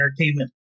entertainment